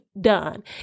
done